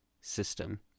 system